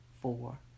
four